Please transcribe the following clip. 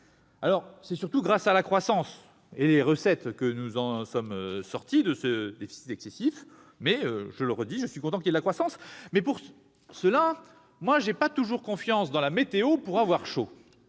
donc surtout grâce à la croissance et aux recettes que nous sommes sortis de ce déficit excessif, mais, je le répète, je suis content qu'il y ait de la croissance. Néanmoins, je n'ai pas toujours confiance dans la météo pour avoir chaud.